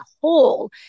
whole